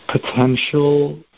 potential